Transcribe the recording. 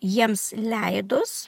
jiems leidus